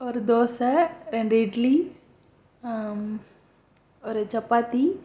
ஒரு தோசை ரெண்டு இட்லி ஒரு சப்பாத்தி